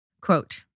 quote